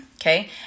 Okay